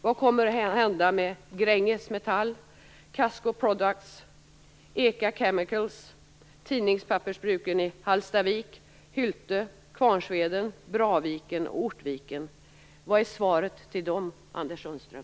Vad kommer att hända med Gränges Metall, Casco Products, Eka Chemicals, tidningspappersbruken i Hallstavik, Hylte, Kvarnsveden, Braviken och Ortviken? Vad är svaret till dem, Anders Sundström?